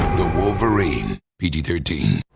the wolverine. pg thirteen.